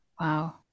Wow